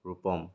Rupam